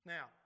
Now